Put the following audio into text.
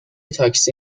تاکسی